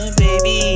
baby